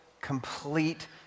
complete